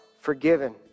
forgiven